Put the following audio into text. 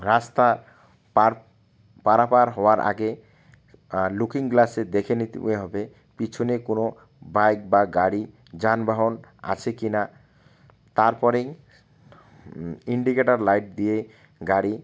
রাস্তা পার পারাপার হওয়ার আগে লুকিং গ্লাসে দেখে নিতে হবে পিছনে কোনো বাইক বা গাড়ি যানবাহন আছে কি না তারপরেই ইন্ডিকেটার লাইট দিয়ে গাড়ি